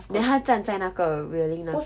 then 他站在那个 railing 那边